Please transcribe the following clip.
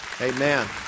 Amen